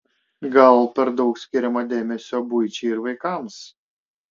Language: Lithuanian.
gal per daug skiriama dėmesio buičiai ir vaikams